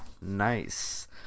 Nice